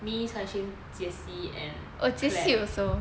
me cheng xun jie xi and claire